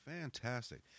Fantastic